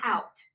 Out